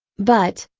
but,